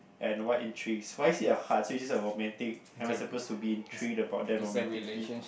and what intrigues why is it a heart is it romantic am I supposed to be intrigued about them romantically